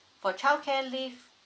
for childcare leave